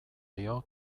dio